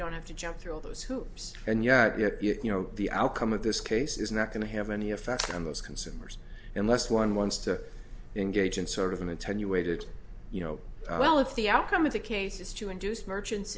don't have to jump through all those hoops and yet you know the outcome of this case is not going to have any effect on those consumers unless one wants to engage in sort of an attenuated you know well if the outcome of the case is to induce merchants